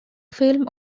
film